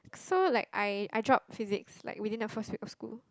so like I I dropped physics like within the first week of school